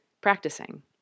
practicing